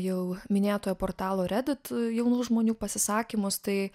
jau minėtojo portalo reddit jaunų žmonių pasisakymus tai